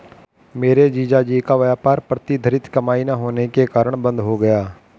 मेरे जीजा जी का व्यापार प्रतिधरित कमाई ना होने के कारण बंद हो गया